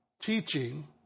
teaching